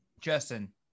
Justin